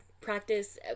practice